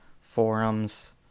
forums